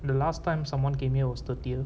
the last time someone came here was thirtieth